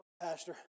Pastor